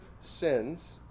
sins